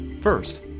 First